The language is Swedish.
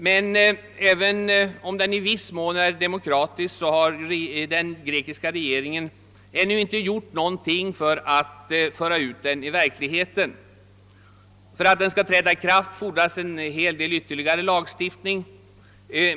Men även om den i viss mån kan sägas vara demokratisk har den grekiska regeringen ännu inte gjort någonting i syfte att förverkliga den. För att den skall träda i kraft fordras en hel del ytterligare lagstiftning.